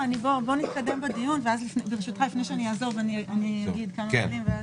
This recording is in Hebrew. בואו נתקדם בדיון ואז ברשותך לפני שאעזוב אגיד כמה מילים.